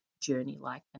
journey-like